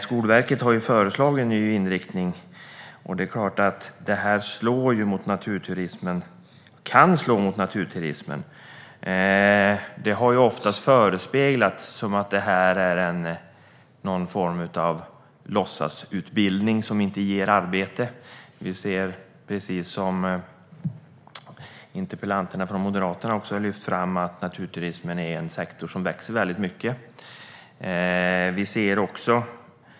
Skolverket har föreslagit en ny inriktning, och det är klart att den kan slå mot naturturismen. Det har ofta förespeglats att det här är någon form av låtsasutbildning som inte ger arbete, men precis som de moderata debattörerna har lyft fram är naturturismen en sektor som växer väldigt mycket.